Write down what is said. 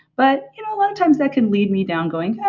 but you know a lot of times that can lead me down going,